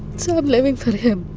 so i'm living for him